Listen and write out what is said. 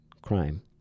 crime